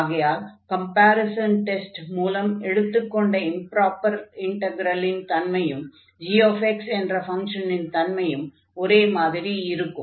ஆகையால் comparison test மூலம் எடுத்துக்கொண்ட இம்ப்ராப்பர் இன்டக்ரலின் தன்மையும் g என்ற ஃபங்ஷனின் தன்மையும் ஒரே மாதிரி இருக்கும்